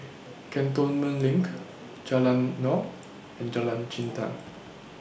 Cantonment LINK Jalan Naung and Jalan Jintan